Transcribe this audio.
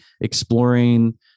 exploring